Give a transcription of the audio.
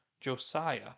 Josiah